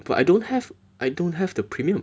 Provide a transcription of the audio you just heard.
but I don't have I don't have the premium